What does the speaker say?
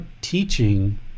teaching